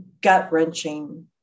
gut-wrenching